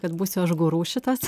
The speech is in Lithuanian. kad būsiu aš guru šitas